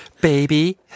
Baby